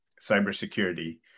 cybersecurity